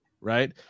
Right